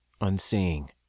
unseeing